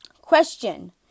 question